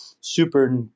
super